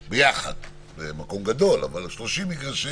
ביחד, זה מקום גדול, 30 מגרשים